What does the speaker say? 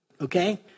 Okay